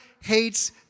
hates